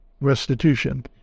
Restitution